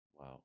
Wow